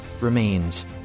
remains